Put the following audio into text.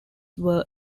were